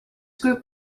group